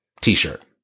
t-shirt